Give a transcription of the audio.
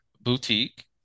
boutique